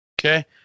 Okay